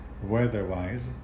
Weather-wise